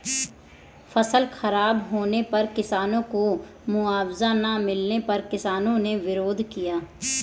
फसल खराब होने पर किसानों को मुआवजा ना मिलने पर किसानों ने विरोध किया